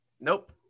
Nope